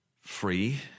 free